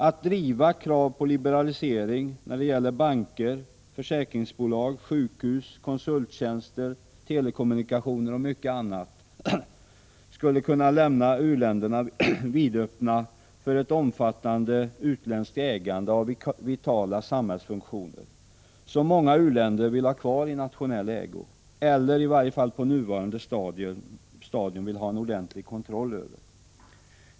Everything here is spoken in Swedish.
Att driva krav på liberalisering när det gäller banker och försäkringsbolag, sjukhus, konsulttjänster, telekommunikationer och mycket annat skulle kunna lämna u-länderna vidöppna för ett omfattande utländskt ägande av vitala samhällsfunktioner, som många u-länder vill ha kvar i nationell ägo eller i varje fall på nuvarande stadium vill ha en ordentlig kontroll över.